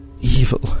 evil